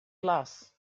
glass